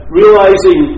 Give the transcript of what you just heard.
realizing